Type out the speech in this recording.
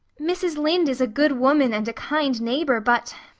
mrs. lynde is a good woman and a kind neighbor, but.